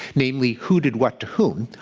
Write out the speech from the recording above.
namely who did what to whom,